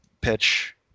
pitch